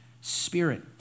spirit